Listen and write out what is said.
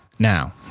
Now